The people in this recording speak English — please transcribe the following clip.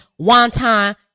wonton